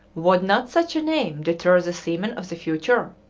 would not such a name deter the seamen of the future?